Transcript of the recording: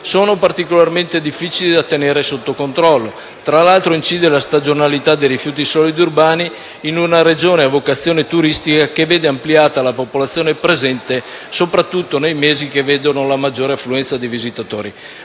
sono particolarmente difficili da tenere sotto controllo. Tra l'altro, incide la stagionalità dei rifiuti solidi urbani in una Regione a vocazione turistica che vede ampliata la popolazione presente soprattutto nei mesi che vedono la maggiore affluenza dei visitatori.